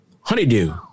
Honeydew